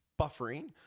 buffering